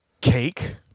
Cake